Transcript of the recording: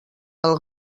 del